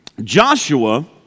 Joshua